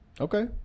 okay